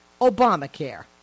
Obamacare